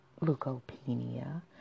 leukopenia